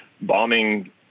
bombing